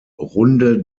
runde